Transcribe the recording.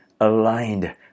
aligned